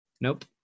Nope